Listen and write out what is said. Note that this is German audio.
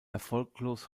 erfolglos